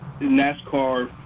NASCAR